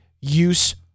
use